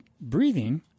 breathing